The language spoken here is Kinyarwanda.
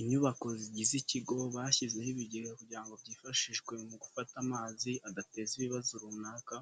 Inyubako zigize ikigo bashyizeho ibigega kugira ngo byifashishwe mu gufata amazi adateza ibibazo runaka,